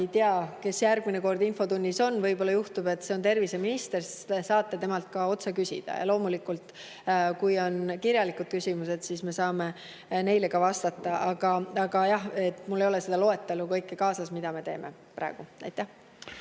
tea, kes järgmine kord infotunnis on, võib-olla juhtub, et see on terviseminister, siis te saate temalt otse küsida. Ja loomulikult, kui on kirjalikud küsimused, siis me saame neile ka vastata. Aga jah, mul ei ole kaasas loetelu kõigest, mida me praegu teeme.